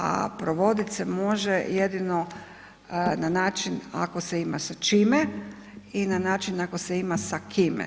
A provodit se može jedino na način ako se ima sa čime i na način ako se ima sa kime.